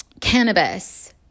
cannabis